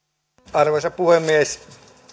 arvoisa puhemies